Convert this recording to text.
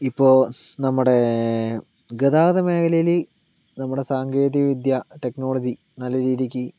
ഇപ്പോൾ നമ്മുടെ ഗതാഗതമേഖലയില് നമ്മുടെ സാങ്കേതിക വിദ്യ ടെക്നോളജി നല്ല രീതിയ്ക്ക്